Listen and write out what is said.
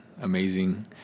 amazing